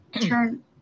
turn